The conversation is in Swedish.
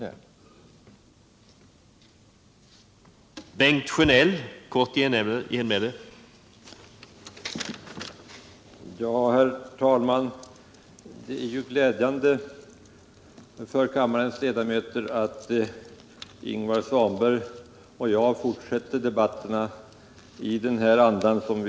6 april 1978